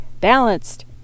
balanced